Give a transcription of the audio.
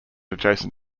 adjacent